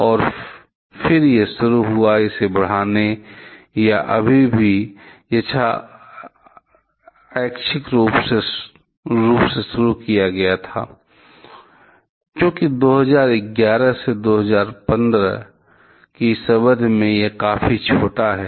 और फिर यह शुरू हुआ इसे बढ़ाने या अभी भी यादृच्छिक रूप से शुरू किया गया था क्योंकि 2011 से 2015 की इस अवधि में यह काफी छोटा है